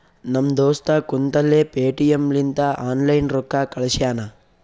ನಮ್ ದೋಸ್ತ ಕುಂತಲ್ಲೇ ಪೇಟಿಎಂ ಲಿಂತ ಆನ್ಲೈನ್ ರೊಕ್ಕಾ ಕಳ್ಶ್ಯಾನ